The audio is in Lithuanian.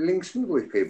linksmi laikai